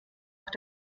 auch